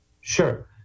Sure